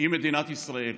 היא מדינת ישראל.